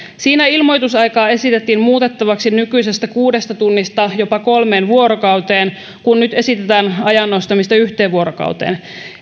siinä ilmoitusaikaa esitettiin muutettavaksi nykyisestä kuudesta tunnista jopa kolmeen vuorokauteen kun nyt esitetään ajan nostamista yhteen vuorokauteen